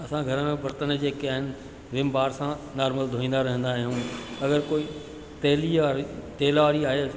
असां घर में बर्तन जेके आहिनि विम बार सां नॉर्मल धुअंदा रहंदा आहियूं अगरि कोई तेलीय या तेल वारी आहे